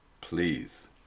please